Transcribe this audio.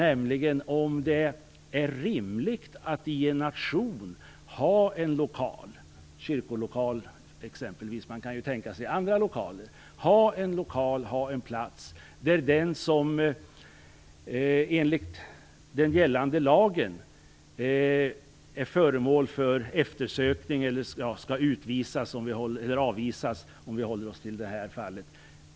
Är det rimligt att i en nation ha en typ av lokaler, exempelvis kyrkolokaler - man kan också tänka sig andra - där den kan uppehålla sig som enligt gällande lag är föremål för eftersökning för att utvisas eller avvisas, om jag håller mig till det nu aktuella fallet.